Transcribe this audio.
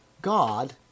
God